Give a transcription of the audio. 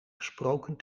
gesproken